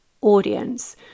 audience